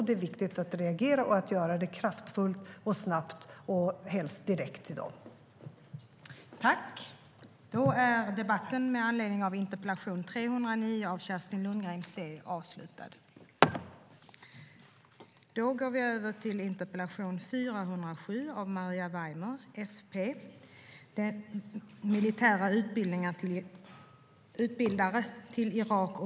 Det är viktigt att reagera kraftfullt och snabbt och helst vända sig direkt till dem.